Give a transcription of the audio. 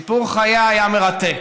סיפור חייה היה מרתק,